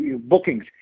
bookings